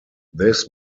this